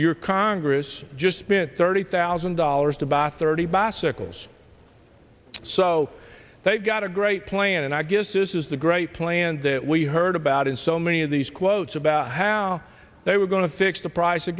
your congress just spent thirty thousand dollars to buy a thirty bass sickles so they've got a great plan and i guess this is the great plan that we heard about in so many of these quotes about how they were going to fix the price of